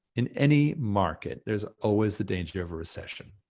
in any market, there's always the danger of a recession.